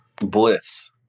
bliss